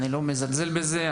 אני לא מזלזל בזה,